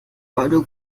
meine